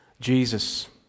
Jesus